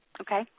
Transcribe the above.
Okay